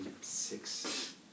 six